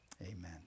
Amen